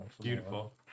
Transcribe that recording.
Beautiful